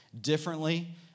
differently